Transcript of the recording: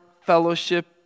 fellowship